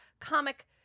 comic